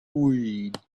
weed